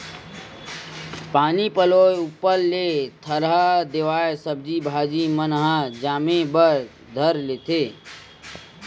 पानी पलोय ऊपर ले थरहा देवाय सब्जी भाजी मन ह जामे बर धर लेथे